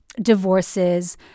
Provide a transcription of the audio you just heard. divorces